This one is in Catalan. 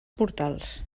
portals